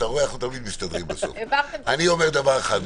אני אומר דבר אחד: